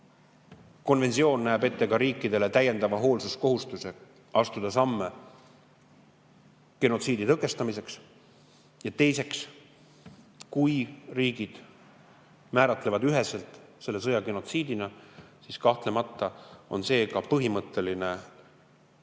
konventsioon näeb ette riikidele täiendava hoolsuskohustuse astuda samme genotsiidi tõkestamiseks, ja teiseks, kui riigid määratlevad üheselt selle sõja genotsiidina, siis kahtlemata on see ka põhimõtteline